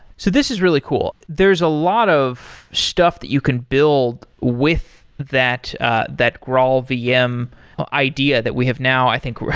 so this is really cool. there's a lot of stuff that you can build with that ah that graalvm yeah idea that we have now, i think,